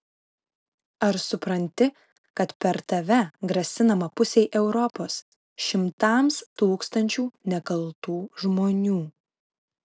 ar supranti kad per tave grasinama pusei europos šimtams tūkstančių nekaltų žmonių